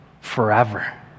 forever